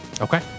Okay